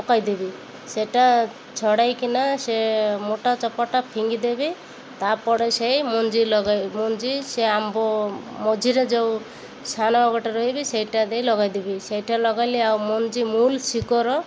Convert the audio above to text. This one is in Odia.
ପକାଇଦେବି ସେଟା ଛଡ଼େଇକିନା ସେ ମୋଟା ଚୋପାଟା ଫିଙ୍ଗିଦେବି ତାପରେ ସେଇ ମଞ୍ଜି ଲଗାଇ ମଞ୍ଜି ସେ ଆମ୍ବ ମଝିରେ ଯେଉଁ ସାନ ଗୋଟେ ରହିବି ସେଇଟା ଦେଇ ଲଗେଇଦେବି ସେଇଟା ଲଗାଇଲି ଆଉ ମଞ୍ଜି ମୂଳ ଶିିକର